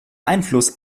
einfluss